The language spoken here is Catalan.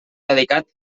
dedicat